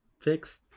fix